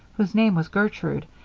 whose name was gertrude,